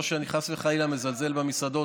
לא שאני חס וחלילה מזלזל במסעדות,